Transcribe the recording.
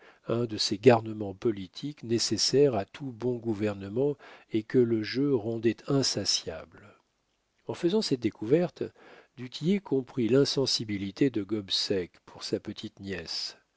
un de ces garnements politiques nécessaires à tout bon gouvernement et que le jeu rendait insatiable en faisant cette découverte du tillet comprit l'insensibilité de gobseck pour sa petite-nièce